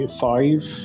five